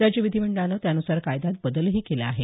राज्य विधिमंडळानं त्यान्सार कायद्यात बदलही केला आहे